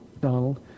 Donald